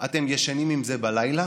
אתם ישנים עם זה בלילה,